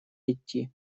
идти